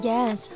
Yes